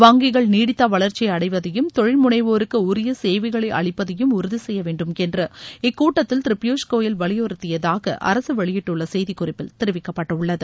வங்கிகள் நீடித்த வளர்ச்சியை அடைவதையும் தொழில்முனைவோருக்கு உரிய சேவைகளை அளிப்பதையும் உறுதி செய்ய வேண்டும் என்று இக்கூட்டத்தில் திரு பியூஸ்கோயல் வலிபுறுத்தியதாக அரசு வெளியிட்டுள்ள செய்திக் குறிப்பில் தெரிவிக்கப்பட்டுள்ளது